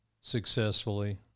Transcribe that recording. successfully